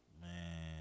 Man